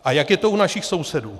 A jak je to u našich sousedů?